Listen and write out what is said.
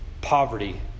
poverty